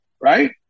right